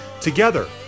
together